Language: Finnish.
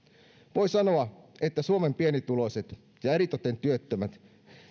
voi sanoa että suomen pienituloiset ja eritoten työttömät